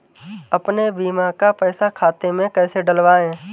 अपने बीमा का पैसा खाते में कैसे डलवाए?